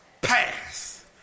pass